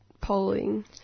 polling